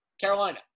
Carolina